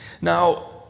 Now